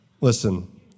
Listen